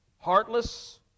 heartless